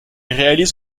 réalise